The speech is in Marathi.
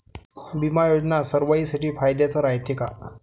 बिमा योजना सर्वाईसाठी फायद्याचं रायते का?